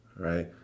right